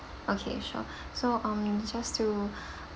okay sure so um just to